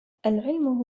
العلم